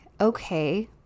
okay